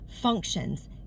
functions